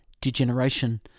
degeneration